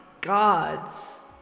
gods